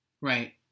Right